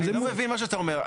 אני לא מבין את מה שאתה אומר.